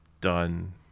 done